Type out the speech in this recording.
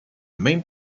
même